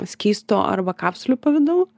skysto arba kapsulių pavidalu